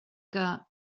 que